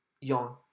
yawn